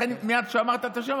לכן מייד כשאמרת את השם,